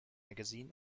magazin